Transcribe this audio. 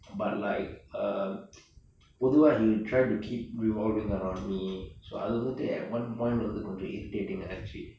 but like uh பொதுவா:pothuvaa he will try to keep revolving around me so அது வந்துட்டு:athu vanthuttu at one point வந்து கொன்ஜொ:vanthu konjo irritating இருந்துச்சு:irunthuchu